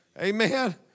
Amen